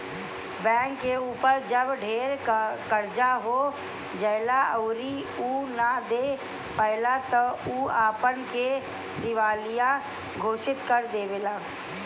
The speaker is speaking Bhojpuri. बैंक के ऊपर जब ढेर कर्जा हो जाएला अउरी उ ना दे पाएला त उ अपना के दिवालिया घोषित कर देवेला